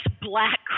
black